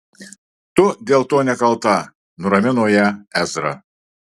tu dėl to nekalta nuramino ją ezra